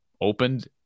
opened